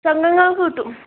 സംഘങ്ങൾക്ക് കിട്ടും